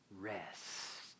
rest